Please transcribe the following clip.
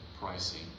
pricing